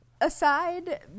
aside